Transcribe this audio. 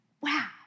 Wow